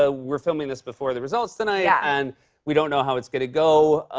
ah we're filming this before the results tonight. yeah. and we don't know how it's going to go.